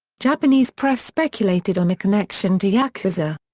japanese press speculated on a connection to yakuza.